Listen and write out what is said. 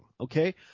Okay